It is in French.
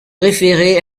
référer